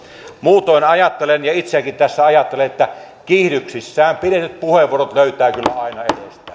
muutoin ajattelen ja itseäkin tässä ajattelen että kiihdyksissään käytetyt puheenvuorot löytää kyllä aina